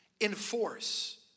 Enforce